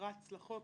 נחרצות לחוק.